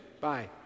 Bye